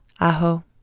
Aho